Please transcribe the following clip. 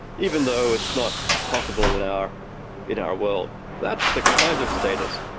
even though it's not possible in our in our world. that's the kind of status,